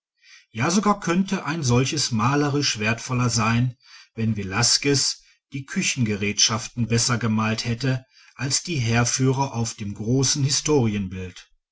ja sogar könnte ein solches malerisch wertvoller sein wenn velasquez die küchengerätschaften besser gemalt hätte als die heerführer auf dem großen historienbild